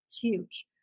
huge